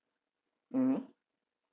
mmhmm